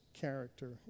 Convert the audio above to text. character